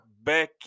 back